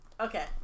Okay